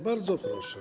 Bardzo proszę.